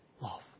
love